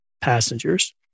passengers